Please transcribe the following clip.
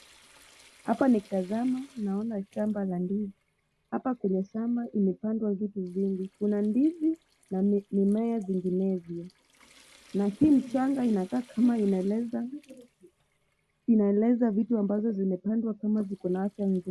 Hapa nikitazama naona shamba la ndizi. Hapa kwenye shamba kumepandwa vitu vingi. Kuna ndizi na mimea zinginezo na hii mchanga inaeleza vitu ambazo zimepandwa kama zikona afya nzuri.